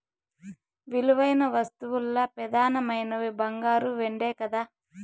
విలువైన వస్తువుల్ల పెదానమైనవి బంగారు, ఎండే కదా